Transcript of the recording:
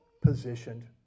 positioned